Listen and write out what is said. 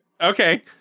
Okay